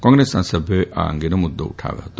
કોંગ્રેસના સભ્યોએ આ મુદ્દો ઉઠાવ્યો હતો